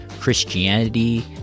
Christianity